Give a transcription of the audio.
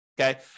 okay